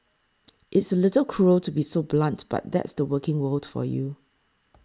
it's a little cruel to be so blunt but that's the working world for you